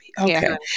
Okay